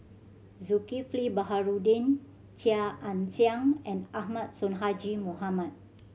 Zulkifli Baharudin Chia Ann Siang and Ahmad Sonhadji Mohamad